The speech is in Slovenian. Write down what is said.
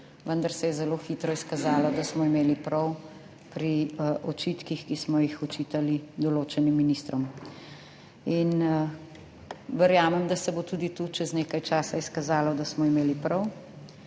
vendar se je zelo hitro izkazalo, da smo imeli prav pri očitkih, ki smo jih očitali določenim ministrom. In verjamem, da se bo tudi tu čez nekaj časa izkazalo, da smo imeli prav.